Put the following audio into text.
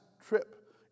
trip